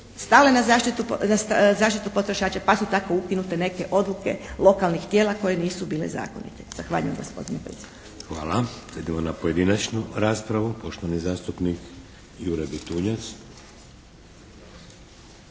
stale na zaštitu potrošača pa su tako ukinute neke odluke lokalnih tijela koje nisu bile zakonite. Zahvaljujem gospodine predsjedniče. **Šeks, Vladimir (HDZ)** Hvala. Sad idemo na pojedinačnu raspravu. Poštovani zastupnik Jure Bitunjac.